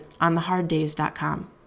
ontheharddays.com